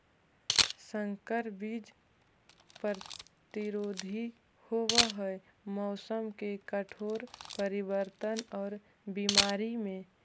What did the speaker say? संकर बीज प्रतिरोधी होव हई मौसम के कठोर परिवर्तन और बीमारी में